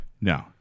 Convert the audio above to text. No